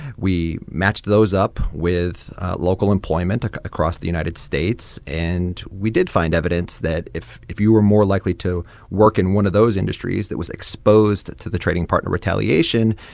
we matched those up with local employment across the united states, and we did find evidence that if if you were more likely to work in one of those industries that was exposed to the trading partner retaliation,